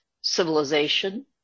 civilization